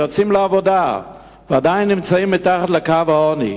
יוצאים לעבודה ועדיין נמצאים מתחת לקו העוני.